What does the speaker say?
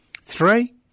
Three